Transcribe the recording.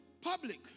public